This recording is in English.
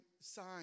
sign